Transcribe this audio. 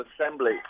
assembly